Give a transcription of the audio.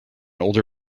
older